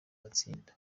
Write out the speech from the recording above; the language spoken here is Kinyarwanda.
matsinda